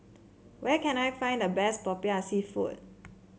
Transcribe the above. where can I find the best Popiah seafood